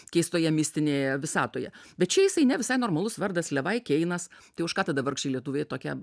keistoje mistinėje visatoje bet čia jisai ne visai normalus vardas levai keinas tai už ką tada vargšei lietuvei tokia